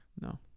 No